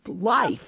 life